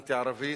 אנטי-ערבית,